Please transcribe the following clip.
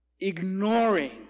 ignoring